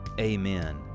amen